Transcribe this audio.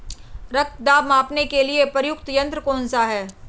रक्त दाब मापने के लिए प्रयुक्त यंत्र कौन सा है?